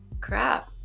Crap